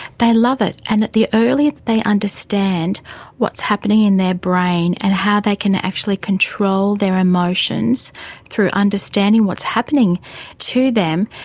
they love it, and the earlier they understand what's happening in their brain and how they can actually control their emotions through understanding what's happening to them,